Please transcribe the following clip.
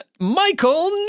Michael